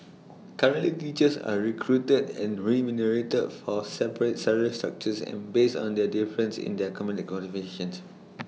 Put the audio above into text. currently teachers are recruited and remunerated for separate salary structures and based on their difference in their academic qualifications